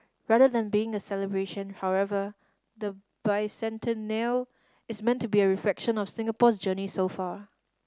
rather than being a celebration however the bicentennial is meant to be a reflection on Singapore's journey so far